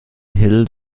hill